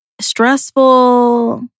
Stressful